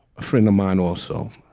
a friend of mine also.